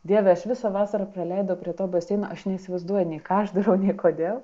dieve aš visą vasarą praleidau prie to baseino aš neįsivaizduoju nei ką aš darau nei kodėl